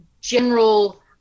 general